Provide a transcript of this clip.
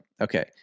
Okay